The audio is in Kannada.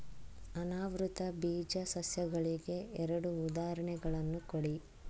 ಅನಾವೃತ ಬೀಜ ಸಸ್ಯಗಳಿಗೆ ಎರಡು ಉದಾಹರಣೆಗಳನ್ನು ಕೊಡಿ